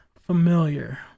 familiar